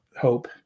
Hope